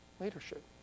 leadership